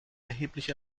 erheblich